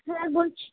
হ্যাঁ বলছি